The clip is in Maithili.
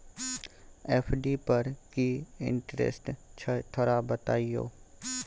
एफ.डी पर की इंटेरेस्ट छय थोरा बतईयो?